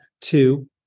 Two